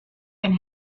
and